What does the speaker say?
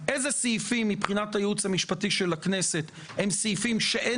איזה סעיפים מבחינת הייעוץ המשפטי של הכנסת הם סעיפים שאין